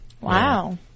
wow